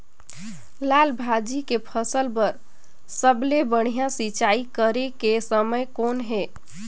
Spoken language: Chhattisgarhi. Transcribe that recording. लाल भाजी के फसल बर सबले बढ़िया सिंचाई करे के समय कौन हे?